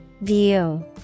View